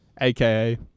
aka